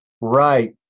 Right